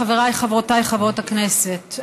חבריי וחברותיי חברות הכנסת,